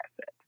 asset